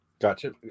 Gotcha